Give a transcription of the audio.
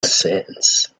sense